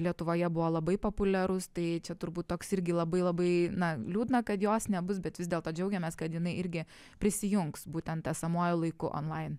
lietuvoje buvo labai populiarus tai čia turbūt toks irgi labai labai liūdna kad jos nebus bet vis dėlto džiaugiamės kad jinai irgi prisijungs būtent esamuoju laiku onlain